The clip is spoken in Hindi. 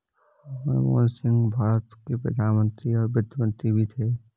मनमोहन सिंह भारत के प्रधान मंत्री और वित्त मंत्री भी थे